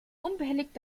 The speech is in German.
unbehelligt